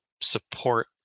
support